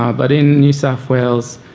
um but in new south wales,